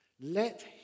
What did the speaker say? Let